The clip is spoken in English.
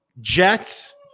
jets